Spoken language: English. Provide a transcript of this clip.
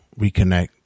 reconnect